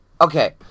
Okay